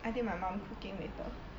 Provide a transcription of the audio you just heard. I think my mum cooking later